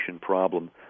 problem